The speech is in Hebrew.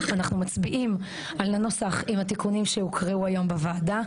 אנחנו מצביעים על הנוסח עם התיקונים שהוקראו היום בוועדה.